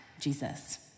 Jesus